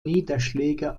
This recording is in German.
niederschläge